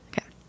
Okay